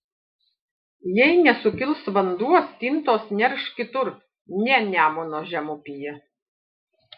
jei nesukils vanduo stintos nerš kitur ne nemuno žemupyje